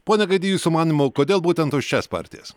pone gaidy jūsų manymu kodėl būtent už šias partijas